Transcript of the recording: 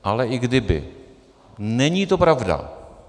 Ale i kdyby, není to pravda.